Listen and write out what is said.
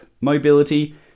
mobility